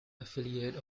affiliate